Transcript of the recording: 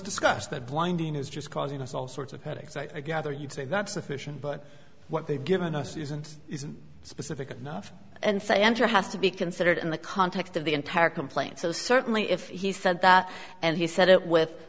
that blinding is just causing us all sorts of critics i gather you'd say that's sufficient but what they've given us isn't specific enough and say enter has to be considered in the context of the entire complaint so certainly if he said that and he said it with